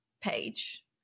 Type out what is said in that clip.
page